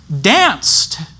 danced